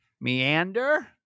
meander